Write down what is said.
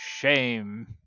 Shame